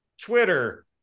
Twitter